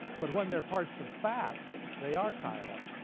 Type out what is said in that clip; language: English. but when they're parts of fats they are chiral.